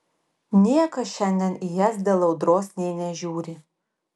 niekas šiandien į jas dėl audros nė nežiūri